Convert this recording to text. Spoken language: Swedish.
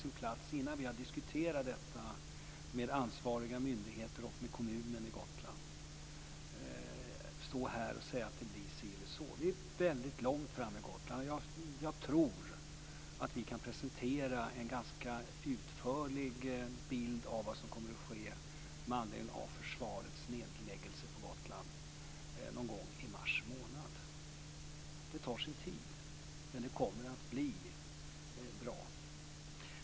Innan vi har fört diskussioner med ansvariga myndigheter och med kommunen är det svårt att stå här och säga att det ska bli si eller så. Vi ligger väldigt långt framme när det gäller Gotland. Jag tror att vi någon gång i mars månad kan presentera en ganska utförlig bild av vad som kommer att ske med anledning av försvarets nedläggelse på Gotland. Det tar sin tid, men det kommer att bli bra.